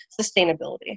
sustainability